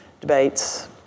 debates